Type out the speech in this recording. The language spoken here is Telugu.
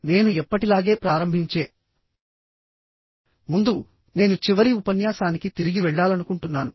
నేను ఎప్పటిలాగే ప్రారంభించే ముందునేను చివరి ఉపన్యాసానికి తిరిగి వెళ్లాలనుకుంటున్నాను